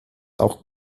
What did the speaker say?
auch